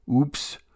Oops